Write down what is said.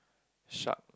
shark